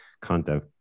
content